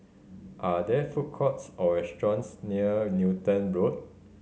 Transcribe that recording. are there food courts or restaurants near Newton Road